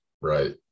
Right